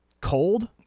cold